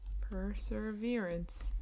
Perseverance